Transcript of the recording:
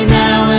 now